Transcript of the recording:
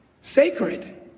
sacred